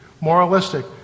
Moralistic